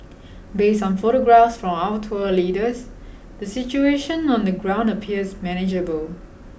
based on photographs from our tour leaders the situation on the ground appears manageable